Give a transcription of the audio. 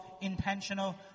intentional